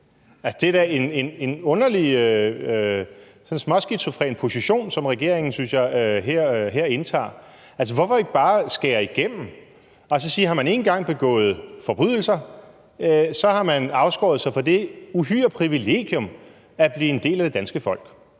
det er da en underlig sådan småskizofren position, som regeringen, synes jeg, her indtager. Hvorfor ikke bare skære igennem og sige, at har man en gang har begået forbrydelser, så har man afskåret sig fra det store privilegium at blive en del af det danske folk?